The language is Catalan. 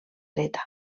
dreta